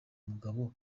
mugabo